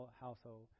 household